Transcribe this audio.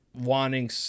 wanting